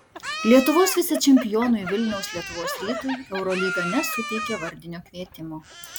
lietuvos vicečempionui vilniaus lietuvos rytui eurolyga nesuteikė vardinio kvietimo